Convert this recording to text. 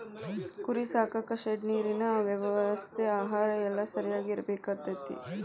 ಕುರಿ ಸಾಕಾಕ ಶೆಡ್ ನೇರಿನ ವ್ಯವಸ್ಥೆ ಆಹಾರಾ ಎಲ್ಲಾ ಸರಿಯಾಗಿ ಇರಬೇಕಕ್ಕತಿ